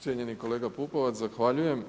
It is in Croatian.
Cijenjeni kolega Pupovac, zahvaljujem.